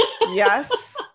Yes